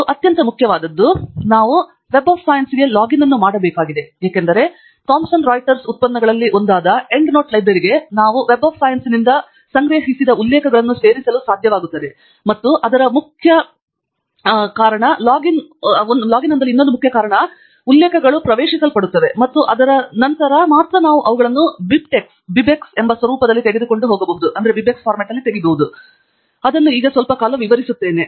ಮತ್ತು ಅತ್ಯಂತ ಮುಖ್ಯವಾದದ್ದು ನಾವು ಸೈನ್ಸ್ನ ವೆಬ್ಗೆ ಲಾಗಿನ್ ಅನ್ನು ಮಾಡಬೇಕಾಗಿದೆ ಏಕೆಂದರೆ ಥಾಮ್ಸನ್ ರಾಯಿಟರ್ಸ್ ಉತ್ಪನ್ನಗಳಲ್ಲಿ ಒಂದಾದ ಎಂಡ್ ನೋಟ್ ಲೈಬ್ರರಿಗೆ ನಾವು ವೆಬ್ ಆಫ್ ಸೈನ್ಸ್ನಿಂದ ಸಂಗ್ರಹಿಸಿದ ಉಲ್ಲೇಖಗಳನ್ನು ಸೇರಿಸಲು ಸಾಧ್ಯವಾಗುತ್ತದೆ ಮತ್ತು ಅದರ ಮುಖ್ಯ ಒಂದು ಲಾಗಿನ್ ಅನ್ನು ಹೊಂದಲು ಕಾರಣ ಏಕೆಂದರೆ ಉಲ್ಲೇಖಗಳು ಪ್ರವೇಶಿಸಲ್ಪಡುತ್ತವೆ ಮತ್ತು ಅದರ ನಂತರ ಮಾತ್ರ ನಾವು ಅವುಗಳನ್ನು ಬಿಬ್ಟೆಕ್ಎಕ್ಸ್ ಎಂಬ ಸ್ವರೂಪದಲ್ಲಿ ತೆಗೆದುಕೊಂಡು ಹೋಗಬಹುದು ನಾನು ಅದನ್ನು ಸ್ವಲ್ಪ ಕಾಲ ವಿವರಿಸುತ್ತಿದ್ದೇನೆ